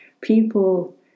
People